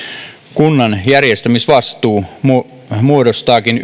kunnan järjestämisvastuu muodostaakin